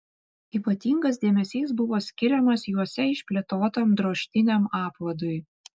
ypatingas dėmesys buvo skiriamas juose išplėtotam drožtiniam apvadui